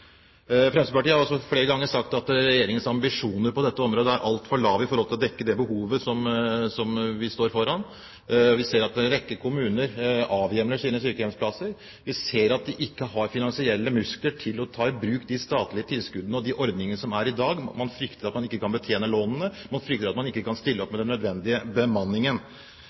Fremskrittspartiet har også flere ganger sagt at regjeringens ambisjoner på dette området er altfor lave i forhold til å dekke det behovet vi står foran. Vi ser at en rekke kommuner avhjemler sine sykehjemsplasser. Vi ser at de ikke har finansielle muskler til å ta i bruk de statlige tilskuddene og de ordningene som er i dag. Man frykter at man ikke kan betjene lånene, og man frykter at man ikke kan stille opp med den nødvendige bemanningen.